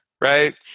right